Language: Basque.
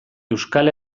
euskal